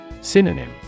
Synonym